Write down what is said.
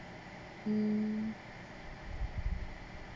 mm